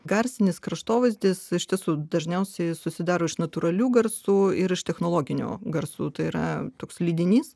garsinis kraštovaizdis iš tiesų dažniausiai susidaro iš natūralių garsų ir iš technologinių garsų tai yra toks lydinys